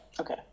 Okay